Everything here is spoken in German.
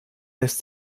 lässt